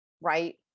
right